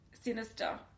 sinister